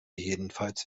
jedenfalls